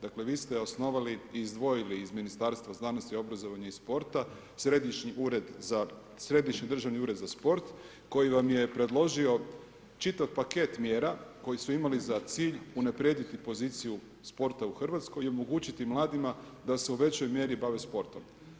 Dakle vi ste osnovali i izdvojili iz Ministarstva znanosti, obrazovanja i sporta Središnji državni ured za sport koji vam je predložio čitav paket mjera koji su imali za cilj unaprijediti poziciju sporta u Hrvatskoj i omogućiti mladima da se u većoj mjeri bave sportom.